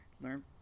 learn